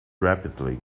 rapidly